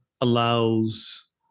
allows